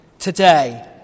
today